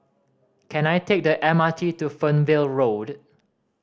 can I take the M R T to Fernvale Road